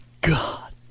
God